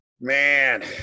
Man